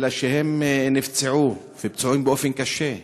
אלא נפצעו, ופצועים באופן קשה,